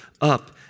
up